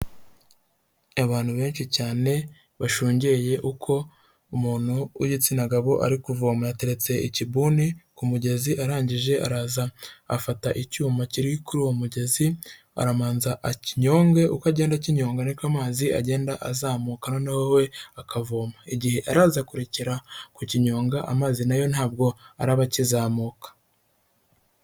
Abantu benshi cyane bashungeye uko umuntu w'igitsina gabo ari kuvoma. Yateretse ikiguni ku mugezi, arangije araza afata icyuma kiri kuri uwo mugezi, aramanza akinyogwe, uko agenda akinyonga ni ko amazi agenda azamuka noneho we akavoma. Igihe araza kurekera kukinyonga amazi na yo ntabwo araba akizamuka.